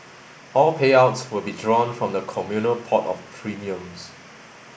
all payouts will be drawn from the communal pot of premiums